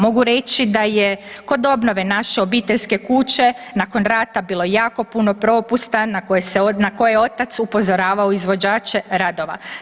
Mogu reći da je kod obnove naše obiteljske kuće nakon rata bilo jako puno propusta na koje je otac upozoravao izvođače radova.